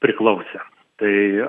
priklausė tai